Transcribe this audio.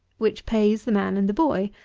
which pays the man and the boy,